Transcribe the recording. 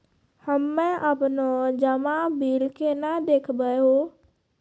हम्मे आपनौ जमा बिल केना देखबैओ?